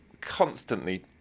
constantly